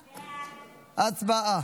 הצבעה.